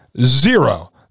Zero